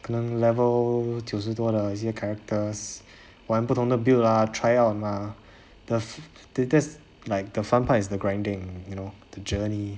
可能 level 九十多的一些 characters 玩不同的 build ah try out mah the that that's like the fun part is the grinding you know the journey